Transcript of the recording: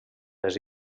les